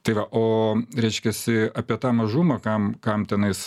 tai va o reiškiasi apie tą mažumą kam kam tenais